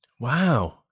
Wow